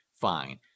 Fine